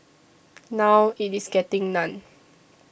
now it is getting none